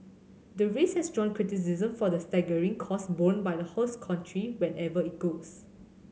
the race has drawn criticism for the staggering costs borne by the host country wherever it goes